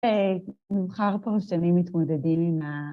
ומבחר פרשנים מתמודדים עם ה...